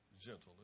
gentleness